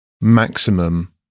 maximum